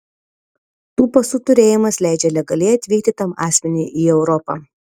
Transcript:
tų pasų turėjimas leidžia legaliai atvykti tam asmeniui į europą